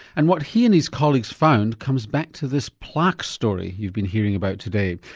and what he and his colleagues found comes back to this plaque story you've been hearing about today,